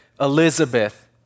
Elizabeth